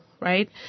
right